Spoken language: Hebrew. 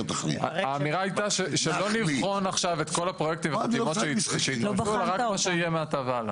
האמירה הייתה שלא נבחן את כל הפרויקטים אלא רק את מה שיהיה מעתה והלאה.